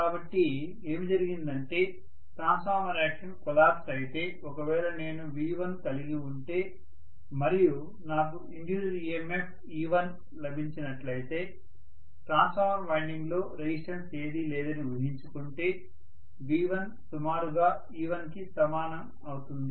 కాబట్టి ఏమి జరిగిందంటే ట్రాన్స్ఫార్మర్ యాక్షన్ కొలాప్స్ అయితే ఒకవేళ నేను V1 కలిగి ఉంటే మరియు నాకు ఇండ్యూస్డ్ EMF e1 లభించినట్లయితే ట్రాన్స్ఫార్మర్ వైండింగ్లో రెసిస్టెన్స్ ఏదీ లేదని ఊహించుకుంటే V1 సుమారుగా e1 కి సమానం అవుతుంది